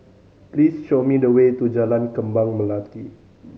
please show me the way to Jalan Kembang Melati